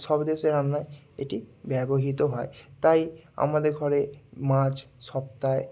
সব দেশে রান্নায় এটি ব্যবহিত হয় তাই আমাদের ঘরে মাছ সপ্তাহয়